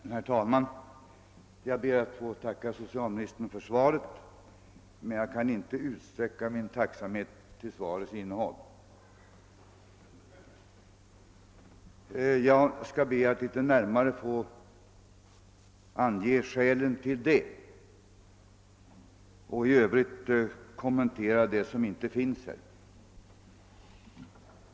Herr talman! Jag tackar socialminis tern för svaret, men jag kan inte utsträcka min tacksamhet till dess innehåll. Jag ber att litet närmare få ange skälen till detta och i övrigt kommentera det som inte finns i svaret.